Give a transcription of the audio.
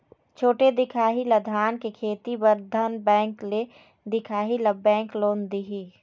छोटे दिखाही ला धान के खेती बर धन बैंक ले दिखाही ला बैंक लोन दिही?